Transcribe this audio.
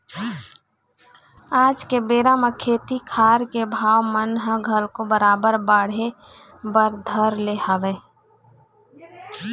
आज के बेरा म खेती खार के भाव मन ह घलोक बरोबर बाढ़े बर धर ले हवय